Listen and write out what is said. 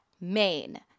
Maine